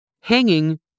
hanging